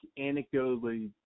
anecdotally